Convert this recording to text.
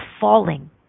falling